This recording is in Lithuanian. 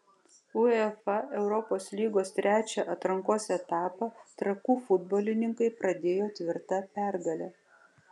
uefa europos lygos trečią atrankos etapą trakų futbolininkai pradėjo tvirta pergale